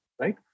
right